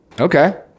Okay